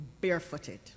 barefooted